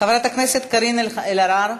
חברת הכנסת קארין אלהרר.